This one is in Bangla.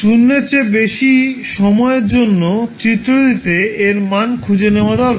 0 এর চেয়ে বেশি সময়ের জন্য চিত্রটিতে এর মান খুঁজে নেওয়া দরকার